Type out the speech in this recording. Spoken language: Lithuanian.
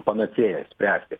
panacėja spręsti